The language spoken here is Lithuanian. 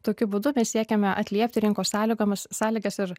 tokiu būdu mes siekiame atliepti rinkos sąlygomis sąlygas ir